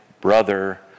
brother